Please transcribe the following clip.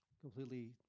completely